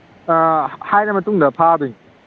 ꯑꯥ ꯍꯥꯏꯔ ꯃꯇꯨꯡꯗ ꯐꯥꯗꯣꯏꯅꯤ